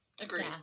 Agreed